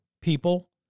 people